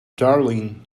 darling